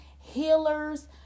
healers